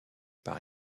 par